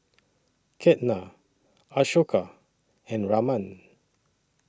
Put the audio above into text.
Ketna Ashoka and Raman